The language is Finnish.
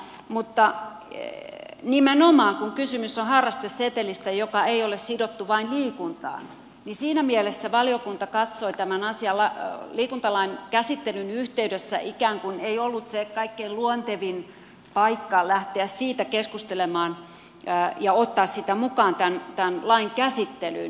mutta nimenomaan kun kysymys on harrastesetelistä joka ei ole sidottu vain liikuntaan niin siinä mielessä valiokunta katsoi että tämän asian käsittely liikuntalain yhteydessä ei ikään kuin ollut se kaikkein luontevin paikka lähteä siitä keskustelemaan ja ottaa sitä mukaan tämän lain käsittelyyn